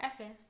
Okay